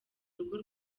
urugo